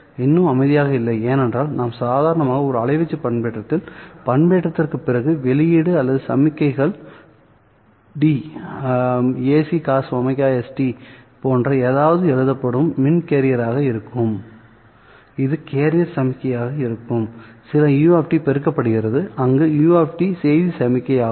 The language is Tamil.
இன்னும் அமைதியாக இல்லை ஏனென்றால் நாம் சாதாரணமாக ஒரு அலைவீச்சு பண்பேற்றத்தில் பண்பேற்றத்திற்குப் பிறகு வெளியீடு அல்லது சமிக்ஞை கள் டி Ac cos ωst போன்ற ஏதாவது எழுதப்படும்இது மின் கேரியராக இருக்கும் இது கேரியர் சமிக்ஞையாக இருக்கும் சில u பெருக்கப்படுகிறது அங்கு u செய்தி சமிக்ஞையாகும்